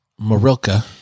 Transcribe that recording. marilka